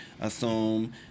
assume